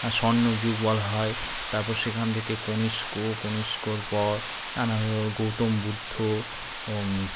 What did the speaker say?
হ্যাঁ স্বর্ণ যুগ বলা হয় তারপর সেখান থেকে কনিষ্ক কনিষ্কর পর নানা গৌতম বুদ্ধ